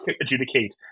adjudicate